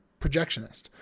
projectionist